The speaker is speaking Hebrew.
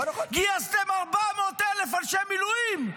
גייסתם 400,000 אנשי מילואים,